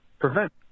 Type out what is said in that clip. prevent